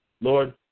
Lord